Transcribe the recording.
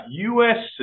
USC